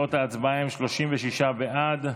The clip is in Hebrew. תוצאות ההצבעה: 36 בעד,